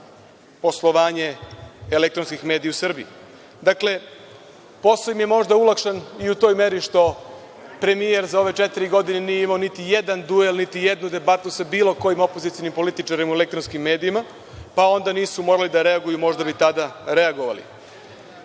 poslovanje elektronskih medija u Srbiji. Posao im je možda olakšan i u toj meri što premijer za ove četiri godine nije imao niti jedan duel, niti jednu debatu sa bilo kojim opozicionim političarem u elektronskim medijima, pa onda nisu morali da reaguju. Možda bi tada reagovali. Što